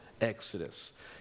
Exodus